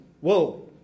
Whoa